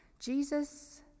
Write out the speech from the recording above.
jesus